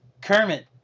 Kermit